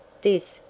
this,